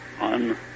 on